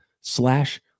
slash